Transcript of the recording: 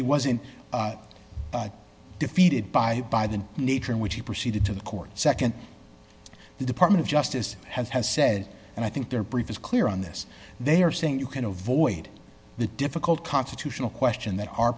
he wasn't defeated by by the nature in which he proceeded to the court nd the department of justice has has said and i think their brief is clear on this they are saying you can avoid the difficult constitutional question that our